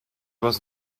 was